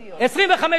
אני מודיע לכם,